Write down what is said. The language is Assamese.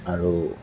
আৰু